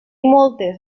moltes